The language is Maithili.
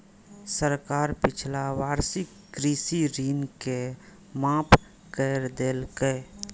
सरकार पिछला वर्षक कृषि ऋण के माफ कैर देलकैए